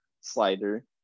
slider